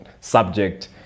subject